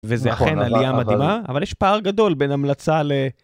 וזה אכן עלייה מדהימה, אבל יש פער גדול בין המלצה ל...